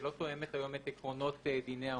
שלא תואמת היום את עקרונות דיני העונשין.